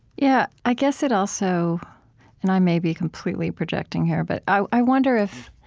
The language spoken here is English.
yeah i guess it also and i may be completely projecting here but i i wonder if